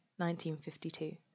1952